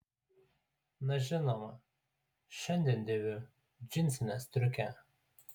na žinoma šiandien dėviu džinsinę striukę